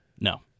No